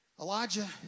Elijah